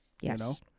Yes